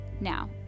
Now